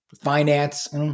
finance